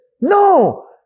No